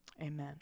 Amen